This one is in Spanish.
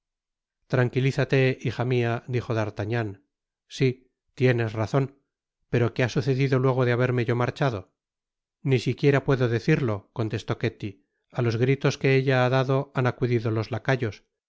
tranquilizate hija mia dijo d'artagnan si tienes razon pero que ha sucedido luego de haberme yo marchado ni siquiera puedo decirlo contestó ketty á los gritos que ella ha dado han acudido los lacayos